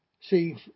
See